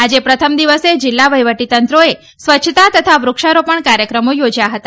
આજે પ્રથમ દિવસે જીલ્લા વહિવટીતંત્રોએ સ્વચ્છતા તથા વૃક્ષારોપણ કાર્યક્રમો યોજ્યાહતા